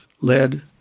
led